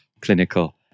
clinical